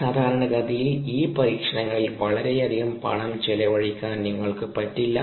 സാധാരണഗതിയിൽ ഈ പരീക്ഷണങ്ങളിൽ വളരെയധികം പണം ചെലവഴിക്കാൻ നിങ്ങൾക്കു പറ്റില്ല